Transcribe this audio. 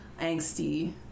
angsty